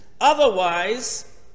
Otherwise